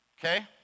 Okay